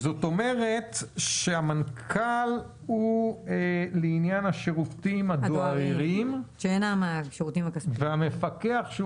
זאת אומרת שהמנכ"ל הוא לעניין השירותים הדואריים והמפקח הוא